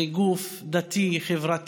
זה גוף דתי-חברתי,